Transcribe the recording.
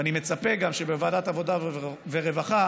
ואני מצפה גם שבוועדת העבודה והרווחה,